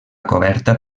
coberta